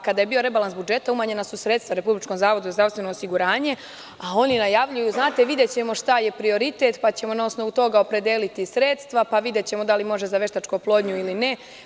Kada je bio rebalans budžeta, umanjena su sredstva u Republičkom zavodu za zdravstveno osiguranje, a oni najavljuju, znate šta, videćemo šta je prioritet, pa ćemo na osnovu toga opredeliti sredstva, pa ćemo videti da li može za veštačku oplodnju ili ne.